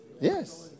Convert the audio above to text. Yes